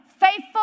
Faithful